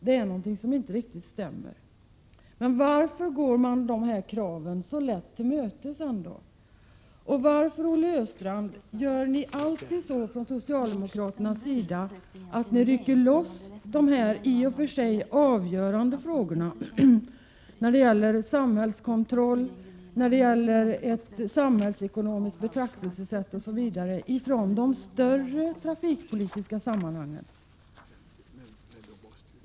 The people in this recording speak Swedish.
Det är någonting som inte riktigt stämmer. Men varför går man ändå dessa krav så lätt till mötes? Varför, Olle Östrand, rycker ni socialdemokrater alltid loss dessa i och för sig avgörande frågorna om samhällskontroll, ett samhällsekonomiskt betraktelsesätt osv., från de större trafikpolitiska sammanhangen?